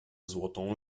złotą